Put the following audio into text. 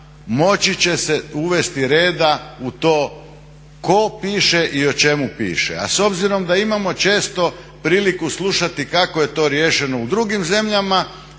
moći će se uvesti reda u to tko piše i o čemu piše. A s obzirom da imamo često priliku slušati kako je to riješeno u drugim zemljama,